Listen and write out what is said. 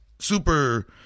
super